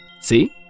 See